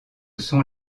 sont